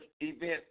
event